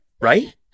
right